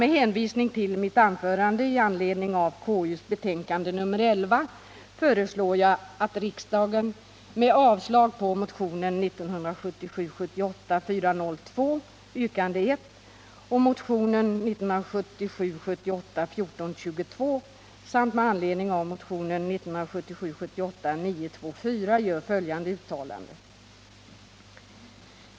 Med hänvisning till mitt anförande i anledning av KU:s betänkande nr 11 föreslår jag att riksdagen, med avslag på motionen 1977 78:1422 samt med anledning av motionen 1977/78:924, gör följande uttalande.